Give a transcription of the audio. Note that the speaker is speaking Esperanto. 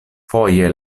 foje